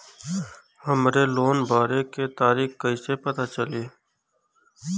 हमरे लोन भरे के तारीख कईसे पता चली?